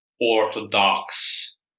orthodox